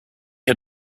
had